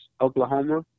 Oklahoma